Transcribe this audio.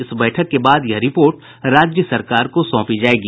इस बैठक के बाद ये रिपोर्ट राज्य सरकार को सौंप दी जायेगी